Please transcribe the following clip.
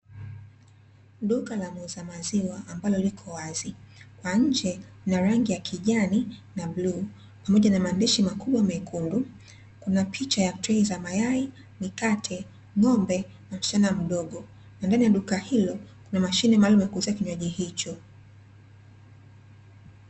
Duka la muuza maziwa ambalo liko wazi. Kwa nje ina rangi ya kijani na bluu pamoja na maandishi makubwa mekundu; kuna picha ya trei za mayai, mikate, ng'ombe na msichana mdogo. Na ndani ya duka hilo kuna mashine maalumu ya kuuzia kinywaji hicho.